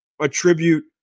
attribute